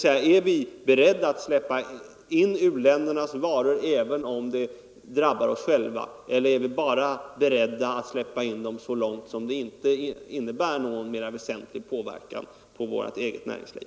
Är vi alltså beredda att släppa in u-ländernas varor även om det drabbar oss själva, eller är vi bara beredda att släppa in dem så länge det inte innebär någon mera väsentlig påverkan på vårt eget näringsliv?